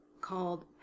called